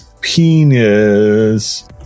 penis